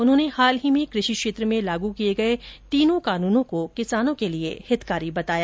उन्होंने हाल ही में कृषि क्षेत्र में लागू किये गये तीनों कानूनों को किसानों के लिए हितकारी बताया